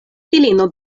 filino